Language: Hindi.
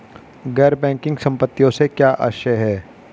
गैर बैंकिंग संपत्तियों से क्या आशय है?